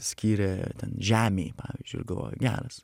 skyrė ten žemei pavyzdžiui ir galvoju geras